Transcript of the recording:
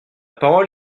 parole